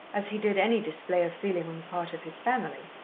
as he did any display of feeling on the part of his family,